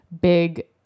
big